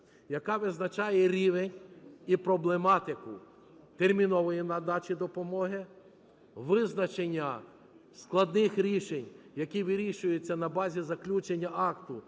яка визначає рівень і проблематику термінового надання допомоги, визначення складних рішень, які вирішуються на базі заключення акту